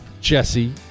Jesse